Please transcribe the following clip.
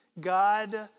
God